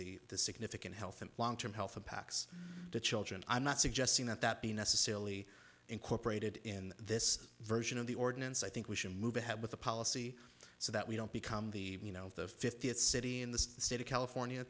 of the significant health and long term health impacts to children i'm not suggesting that that be necessarily incorporated in this version of the ordinance i think we should move ahead with the policy so that we don't become the you know the fiftieth city in the state of california